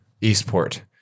Eastport